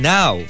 Now